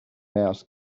mouse